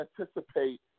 anticipate